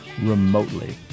remotely